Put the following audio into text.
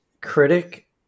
critic